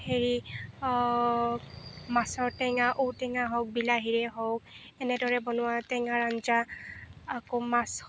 হেৰি মাছৰ টেঙা ঔটেঙা হওক বিলাহীৰে হওক এনেদৰে বনোৱা টেঙাৰ আঞ্জা আকৌ মাছ